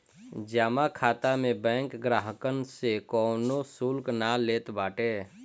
जमा खाता में बैंक ग्राहकन से कवनो शुल्क ना लेत बाटे